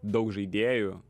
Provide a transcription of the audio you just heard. daug žaidėjų